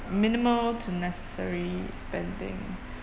minimal to necessary spending